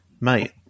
mate